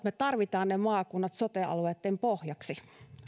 me tarvitsemme ne maakunnat sote alueitten pohjaksi